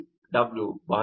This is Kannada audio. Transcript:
ಅದು 0